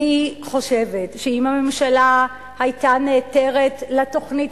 אני חושבת שאם הממשלה היתה נעתרת לתוכנית